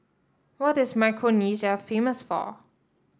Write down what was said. what is Micronesia famous for